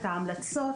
את ההמלצות,